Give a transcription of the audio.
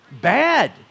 Bad